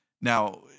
Now